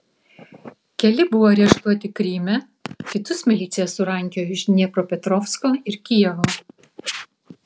keli buvo areštuoti kryme kitus milicija surankiojo iš dniepropetrovsko ir kijevo